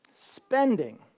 spending